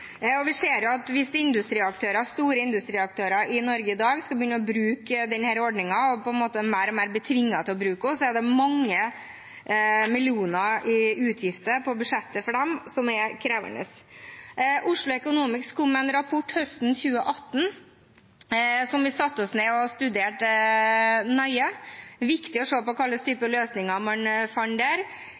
og det er nettopp det handlingsrommet vi har prøvd å finne i denne saken. Vi ser jo at hvis industriaktører, store industriaktører i Norge i dag skal begynne å bruke denne ordningen og på en måte mer og mer bli tvunget til å bruke den, er det mange millioner i utgifter på budsjettet for dem, noe som er krevende. Oslo Economics kom med en rapport høsten 2018 som vi satte oss ned og studerte nøye. Det er viktig å se på